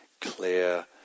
Clear